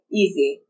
easy